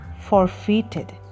forfeited